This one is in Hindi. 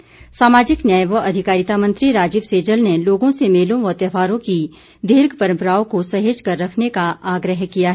सैजल सामाजिक न्याय व अधिकारिता मंत्री राजीव सैजल ने लोगों से मेलों व त्योहारों की दीर्घ परम्पराओं को सहेज कर रखने का आग्रह किया है